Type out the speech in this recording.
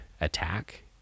attack